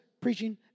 preaching